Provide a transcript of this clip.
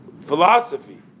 philosophy